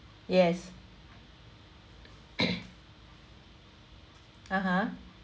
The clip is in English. yes (uh huh)